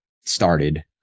started